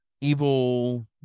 evil